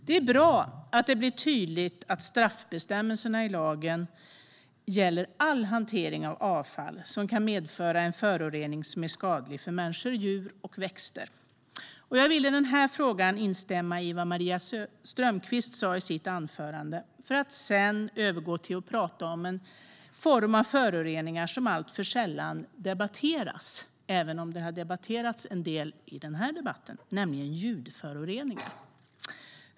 Det är bra att det blir tydligt att straffbestämmelserna i lagen gäller all hantering av avfall som kan medföra en förorening som är skadlig för människor, djur och växter. Jag vill i den frågan instämma i vad Maria Strömkvist sa i sitt anförande för att sedan övergå till att prata om en form av föroreningar som alltför sällan debatteras, även om den har debatterats en del i den här debatten, nämligen ljudföroreningar.